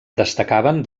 destacaven